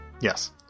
yes